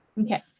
Okay